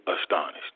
astonished